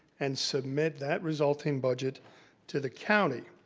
and submit that resulting budget to the county.